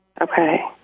Okay